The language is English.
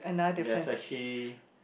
there's actually